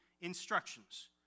instructions